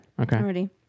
Okay